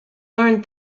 learned